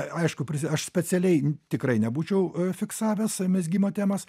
aišku aš specialiai tikrai nebūčiau fiksavęs mezgimo temas